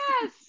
yes